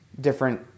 different